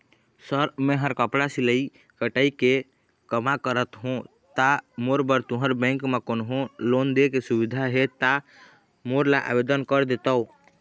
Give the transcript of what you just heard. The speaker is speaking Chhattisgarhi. सर मेहर कपड़ा सिलाई कटाई के कमा करत हों ता मोर बर तुंहर बैंक म कोन्हों लोन दे के सुविधा हे ता मोर ला आवेदन कर देतव?